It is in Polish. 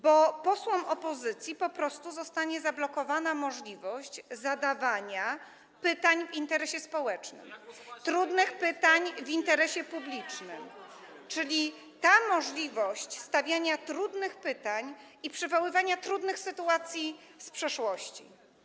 bo posłom opozycji po prostu zostanie zablokowana możliwość zadawania pytań w interesie społecznym, trudnych pytań w interesie publicznym, czyli ta możliwość stawiania trudnych pytań i przywoływania trudnych sytuacji z przeszłości.